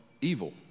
evil